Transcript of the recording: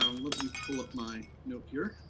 um let me pull up my note here.